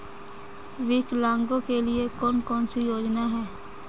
विकलांगों के लिए कौन कौनसी योजना है?